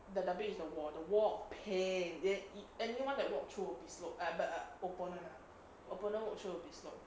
the W is the wall the wall of pain anyone that walk through will be slow but err opponent lah opponent throw will be slow